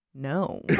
No